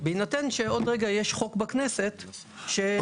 בהינתן שעוד רגע יש חוק בכנסת שנותן לנו לבנות וילה?